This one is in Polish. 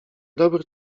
dobry